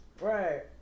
right